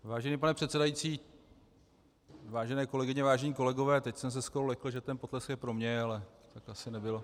Vážený pane předsedající, vážené kolegyně, vážení kolegové teď jsem se skoro lekl, že ten potlesk je pro mě, ale asi nebyl.